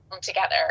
together